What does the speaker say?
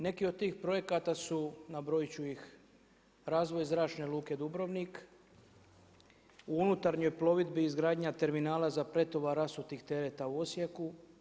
Neki od tih projekata su, nabrojiti ću ih, razvoj zračne luke Dubrovnik, u unutarnjoj plovidbi izgradnja terminala za pretovar rasutih tereta u Osijeku.